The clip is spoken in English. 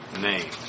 name